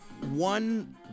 one